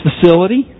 facility